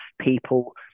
people